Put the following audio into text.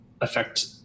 affect